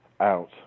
out